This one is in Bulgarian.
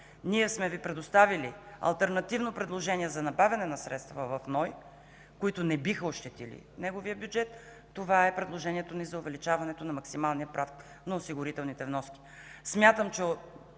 Ние сме Ви предоставили алтернативно предложение за набавяне на средства в НОИ, които не биха ощетили неговия бюджет. Това е предложението ни за увеличаването на максималния праг на осигурителните вноски.